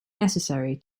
necessary